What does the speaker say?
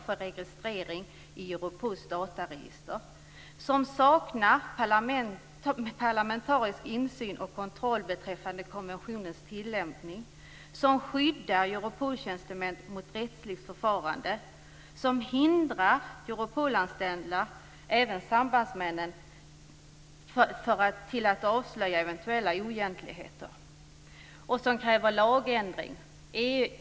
Där kommer att saknas parlamentarisk insyn och kontroll beträffande konventionens tillämpning. Europoltjänstemän kommer att skyddas mot rättsligt förfarande. Europolanställda, även sambandsmännen, kommer att hindras från att avslöja eventuella oegentligheter. En lagändring kommer att krävas.